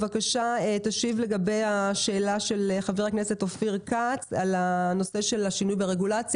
תשיב לגבי השאלה של חבר הכנסת אופיר כץ על הנושא של השינוי ברגולציה,